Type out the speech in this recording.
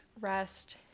rest